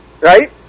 Right